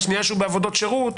בשנייה שהוא בעבודות שירות,